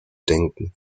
denken